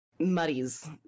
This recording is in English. muddies